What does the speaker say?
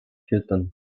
hilton